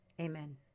Amen